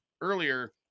earlier